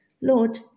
Lord